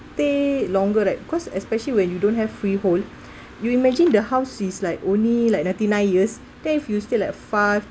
stay longer like cause especially when you don't have freehold you imagine the house is like only like ninety nine years think if you stay like five